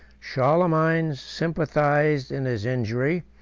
charlemagne sympathized in his injury,